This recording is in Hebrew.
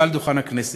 מעל דוכן הכנסת: